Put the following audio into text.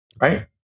right